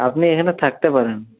আপনি এইখানে থাকতে পারেন